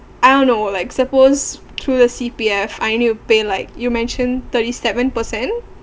I don't know like suppose through the C_P_F I need to pay like you mention thirty seven percent